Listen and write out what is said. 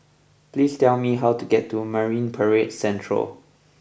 please tell me how to get to Marine Parade Central